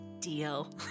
Deal